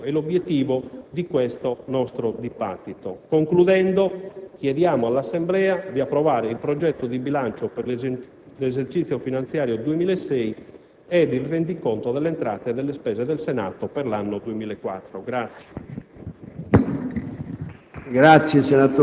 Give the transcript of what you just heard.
siamo convinti siano questi l'auspicio e l'obiettivo del nostro dibattito. In conclusione, chiedo all'Assemblea di approvare il progetto di bilancio per l'anno finanziario 2006 ed il rendiconto delle entrate e delle spese del Senato per l'anno finanziario